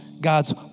God's